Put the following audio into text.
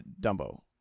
Dumbo